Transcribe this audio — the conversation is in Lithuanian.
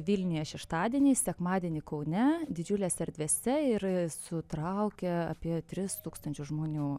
vilniuje šeštadienį sekmadienį kaune didžiulėse erdvėse ir sutraukia apie tris tūkstančius žmonių